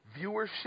viewership